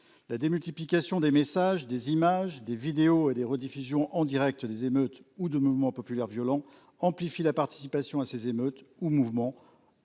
La multiplication des messages, des images, des vidéos et des rediffusions en direct des émeutes ou des mouvements populaires violents renforce la participation à ces émeutes ou mouvements,